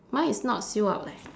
mine is not sealed up leh